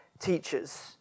teachers